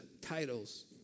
titles